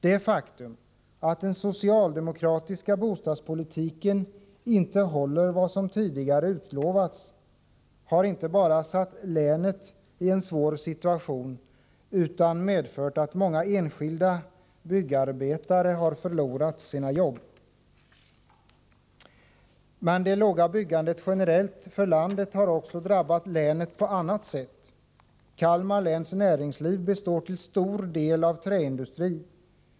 Det faktum att den socialdemokratiska bostadspolitiken inte håller vad som tidigare utlovats har inte bara försatt länet i en svår situation utan medfört att många enskilda byggnadsarbetare förlorat sina jobb. Men det låga byggandet generellt för landet har också drabbat länet på annat sätt. Kalmar läns näringsliv består till stor del av träindustri.